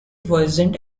worsened